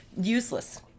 Useless